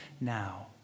now